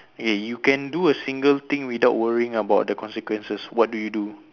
okay you can do a single thing without worrying about the consequences what do you do